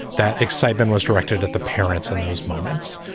that excitement was directed at the parents in those moments.